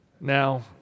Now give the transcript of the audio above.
Now